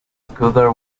scooter